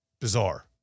bizarre